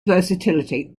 versatility